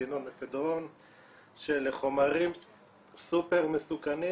--- שאלה חומרים סופר מסוכנים,